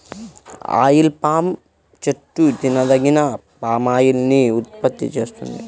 oil palm చెట్టు తినదగిన palm oil ని ఉత్పత్తి చేస్తుంది